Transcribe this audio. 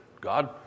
God